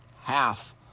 half